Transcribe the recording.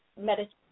medicine